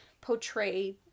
portray